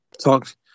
Talk